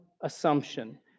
assumption